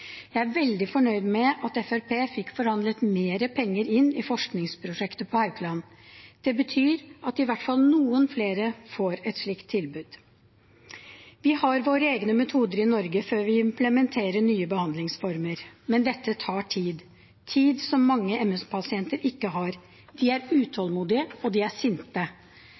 Jeg er veldig fornøyd med at Fremskrittspartiet fikk forhandlet mer penger inn i forskningsprosjektet på Haukeland. Det betyr at i hvert fall noen flere får et slikt tilbud. Vi har våre egne metoder i Norge før vi implementerer nye behandlingsformer, men dette tar tid, tid som mange MS-pasienter ikke har. De er utålmodige, og de er sinte.